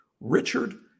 Richard